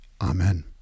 Amen